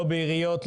לא בעיריות,